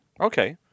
Okay